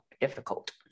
difficult